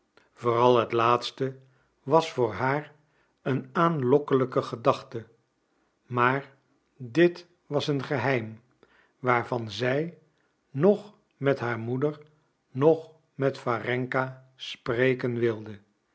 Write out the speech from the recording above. vooral het laatste was voor haar een aanlokkelijke gedachte maar dit was een geheim waarvan zij noch met haar moeder noch met warenka spreken wilde